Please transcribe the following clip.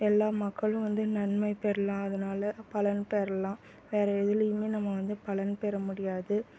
எல்லா மக்களும் வந்து நன்மை பெறலாம் அதனால பலன் பெறலாம் வேறு எதுலேயுமே நம்ம வந்து பலன் பெற முடியாது